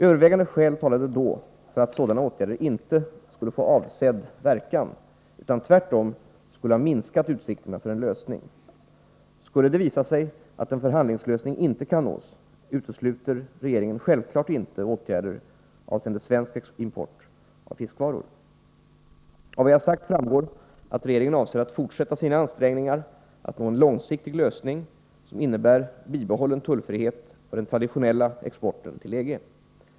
Övervägande skäl talade då för att sådana åtgärder inte skulle ha fått avsedd verkan, utan tvärtom skulle ha minskat utsikterna för en lösning. Skulle det visa sig att en förhandlingslösning inte kan nås, utesluter regeringen självfallet inte åtgärder avseende svensk import av fiskvaror. Av vad jag sagt framgår att regeringen avser att fortsätta sina ansträngningar att nå en långsiktig lösning som innebär bibehållen tullfrihet för den traditionella exporten till EG.